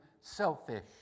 selfish